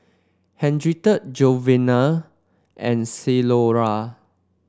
Henriette Jovani and Ceola